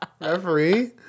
Referee